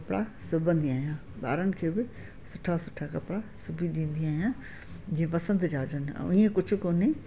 कपिड़ा सुभंदी आहियां ॿारनि खे बि सुठा सुठा कपिड़ा सिबी ॾींदी आहियां जीअं पसंदि जा अचनि ईअं कुझु कोन्हे